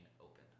open